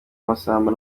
massamba